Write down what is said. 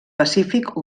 pacífic